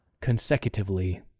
consecutively